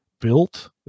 built